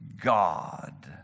God